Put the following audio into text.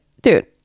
dude